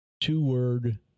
two-word